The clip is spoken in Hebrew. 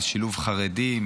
על שילוב חרדים,